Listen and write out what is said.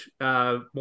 more